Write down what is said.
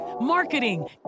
marketing